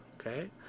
okay